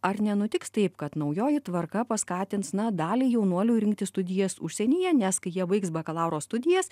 ar nenutiks taip kad naujoji tvarka paskatins na dalį jaunuolių rinktis studijas užsienyje nes kai jie baigs bakalauro studijas